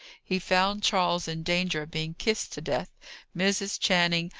he found charles in danger of being kissed to death mrs. channing,